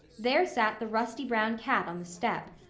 there sat the rusty-brown cat on the step.